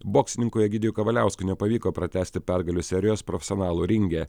boksininkui egidijui kavaliauskui nepavyko pratęsti pergalių serijos profesionalų ringe